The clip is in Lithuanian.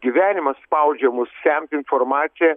gyvenimas spaudžia mus semt informaciją